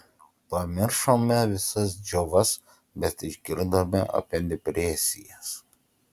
pamiršome visas džiovas bet išgirdome apie depresijas